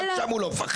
רק שם הוא לא מפחד.